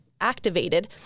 activated